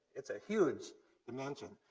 it's a huge dimension.